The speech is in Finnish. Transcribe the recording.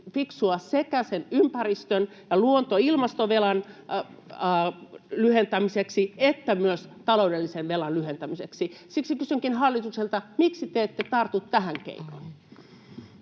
fiksua sekä sen ympäristövelan, luonto- ja ilmastovelan, lyhentämiseksi että myös taloudellisen velan lyhentämiseksi. Siksi kysynkin hallitukselta: miksi te ette tartu [Puhemies